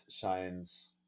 shines